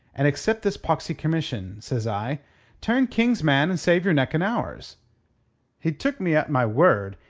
and accept this poxy commission says i turn king's man and save your neck and ours he took me at my word,